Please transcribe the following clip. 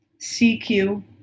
CQ